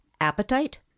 appetite